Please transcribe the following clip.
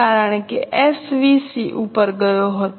કારણ કે એસવીસી ઉપર ગયો હતો